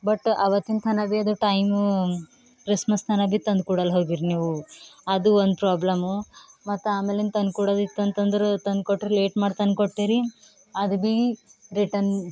but ಆವತ್ತಿನ ತನ ಭೀ ಟೈಮು ಕ್ರಿಸ್ಮಸ್ ತನಕ ಭೀ ತಂದ್ಕೊಡಲ್ಲ ಹೋಗಿರ್ ನೀವು ಅದು ಒಂದು ಪ್ರಾಬ್ಲಮ್ಮು ಮತ್ತು ಆಮೇಲಿನ ತನ್ಕೊಡೊದು ಇತ್ತಂತ್ತಂದ್ರೆ ತನ್ಕೊಟ್ರೆ ಲೇಟ್ ಮಾಡಿ ತನ್ಕೊಟ್ಟಿರಿ ಅದು ಭೀ ರಿಟನ್